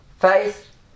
Faith